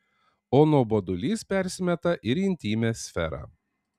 o nuobodulys persimeta ir į intymią sferą